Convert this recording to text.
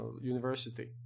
university